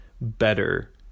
better